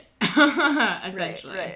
essentially